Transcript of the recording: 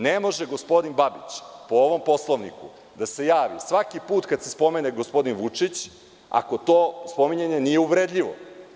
Ne može gospodin Babić po ovom Poslovniku da se javi svaki put kada se spomene gospodin Vučić, ako to spominjanje nije uvredljivo.